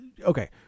okay